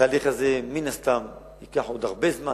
התהליך הזה, מן הסתם ייקח עוד הרבה זמן.